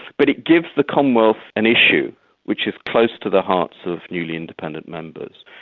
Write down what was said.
but it gives the commonwealth an issue which is close to the hearts of newly independent members.